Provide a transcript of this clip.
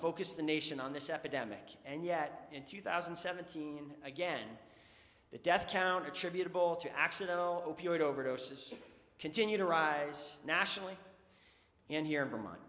focused the nation on this epidemic and yet in two thousand and seventeen again the death count attributable to accidental opioid overdoses continue to rise nationally and here in vermont